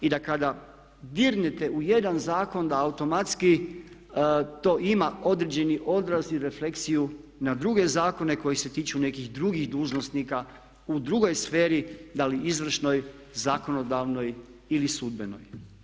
I da kada dirnete u jedan zakon da automatski to ima određeni odraz i refleksiju na druge zakone koji se tiču nekih drugih dužnosnika u drugoj sferi da li izvršnoj, zakonodavnoj ili sudbenoj.